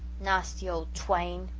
nasty old twain,